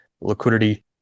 liquidity